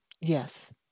Yes